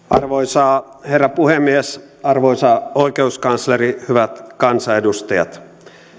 arvoisa herra puhemies arvoisa oikeuskansleri hyvät kansanedustajat